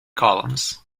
columns